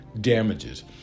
damages